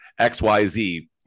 xyz